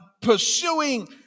pursuing